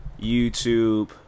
YouTube